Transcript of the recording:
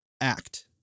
act